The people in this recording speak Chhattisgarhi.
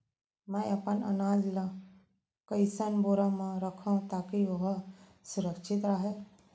मैं अपन अनाज ला कइसन बोरा म रखव ताकी ओहा सुरक्षित राहय?